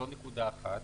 זו נקודה אחת.